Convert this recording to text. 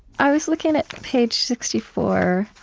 i was looking at page sixty four,